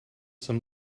some